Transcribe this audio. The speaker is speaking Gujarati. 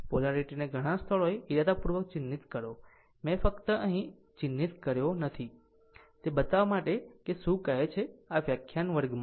પોલારીટીને ઘણાં સ્થળોએ ઇરાદાપૂર્વક ચિહ્નિત કરો મેં ફક્ત અહીં એક ચિહ્નિત નથી કર્યો તે બતાવવા માટે કે શું કહે છે આ વ્યાખ્યાન વર્ગમાં છે